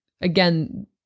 again